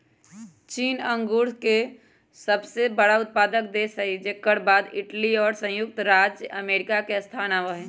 चीन अंगूर के सबसे बड़ा उत्पादक देश हई जेकर बाद इटली और संयुक्त राज्य अमेरिका के स्थान आवा हई